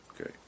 Okay